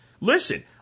Listen